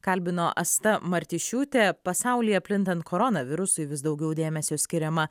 kalbino asta martišiūtė pasaulyje plintant koronavirusui vis daugiau dėmesio skiriama